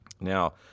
Now